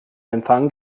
empfang